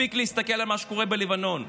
מספיק להסתכל על מה שקורה בלבנון.